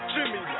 Jimmy